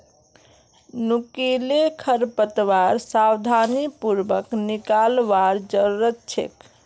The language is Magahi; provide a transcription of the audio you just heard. नुकीले खरपतवारक सावधानी पूर्वक निकलवार जरूरत छेक